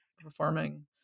performing